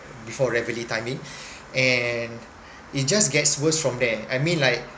before reveille timing and it just gets worse from there I mean like